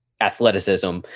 athleticism